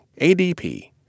ADP